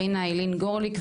רינה איילין גוליק,